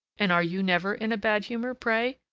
and are you never in a bad humor, pray?